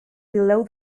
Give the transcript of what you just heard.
below